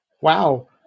Wow